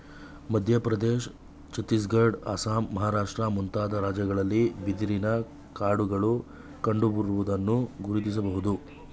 ಮಧ್ಯಪ್ರದೇಶ, ಛತ್ತೀಸ್ಗಡ, ಅಸ್ಸಾಂ, ಮಹಾರಾಷ್ಟ್ರ ಮುಂತಾದ ರಾಜ್ಯಗಳಲ್ಲಿ ಬಿದಿರಿನ ಕಾಡುಗಳು ಕಂಡುಬರುವುದನ್ನು ಗುರುತಿಸಬೋದು